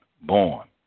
born